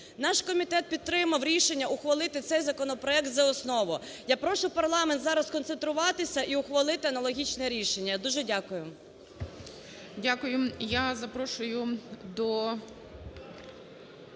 Наш комітету підтримав рішення ухвалити цей законопроект за основу. Я прошу парламент зараз сконцентруватися і ухвалити аналогічне рішення. Я дуже дякую. ГОЛОВУЮЧИЙ. Дякую. Я запрошую до...